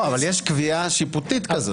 יש קביעה שיפוטית כזאת.